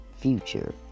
future